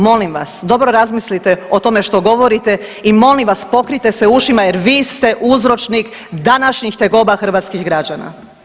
Molim vas dobro razmislite o tome što govorite i molim vas pokrijte se ušima jer vi ste uzročnik današnjih tegoba hrvatskih građana.